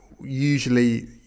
usually